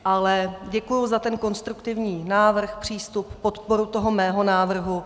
Ale děkuji za ten konstruktivní návrh, přístup, podporu toho mého návrhu.